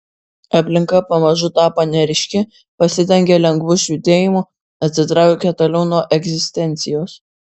aplinka pamažu tapo neryški pasidengė lengvu švytėjimu atsitraukė toliau nuo egzistencijos